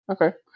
okay